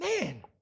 man